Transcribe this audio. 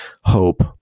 hope